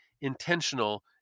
intentional